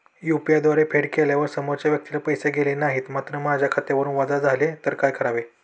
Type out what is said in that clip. UPI द्वारे फेड केल्यावर समोरच्या व्यक्तीला पैसे गेले नाहीत मात्र माझ्या खात्यावरून वजा झाले तर काय करावे?